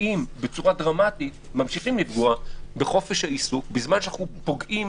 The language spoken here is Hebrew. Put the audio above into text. בצורה דרמטית בחופש העיסוק בזמן שאנחנו פוגעים